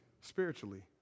spiritually